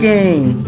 Game